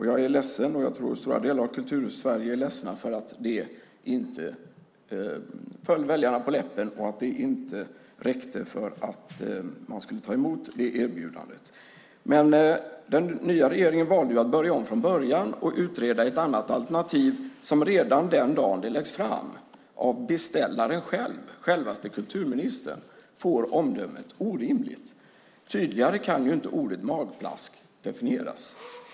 Jag är ledsen, och jag tror att stora delar av Kultursverige är det, för att det inte föll väljarna på läppen och för att det inte räckte för att de skulle ta emot det erbjudandet. Den nya regeringen valde att börja om från början och utreda ett annat alternativ, som redan den dag det läggs fram av beställaren själv, självaste kulturministern, får omdömet orimligt. Tydligare kan inte ordet magplask definieras.